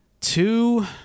two